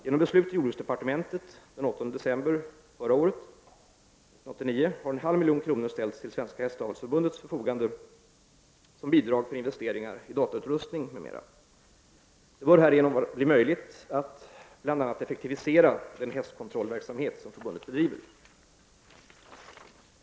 Genom beslut i jordbruksdepartementet den 8 december 1989 har en halv miljon kronor ställts till Svenska Hästavelsförbundets förfogande som bidrag till investeringar i datautrustning m.m. Det bör härigenom bli möjligt att bl.a. effektivisera den hästkontrollverksamhet som förbundet bedriver.